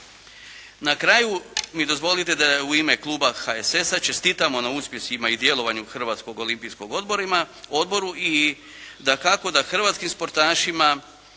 Na kraju mi dozvolite da u ime kluba HSS-a čestitamo na uspjesima i djelovanju Hrvatskom olimpijskom odboru i dakako da hrvatskim športašima